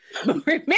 Remember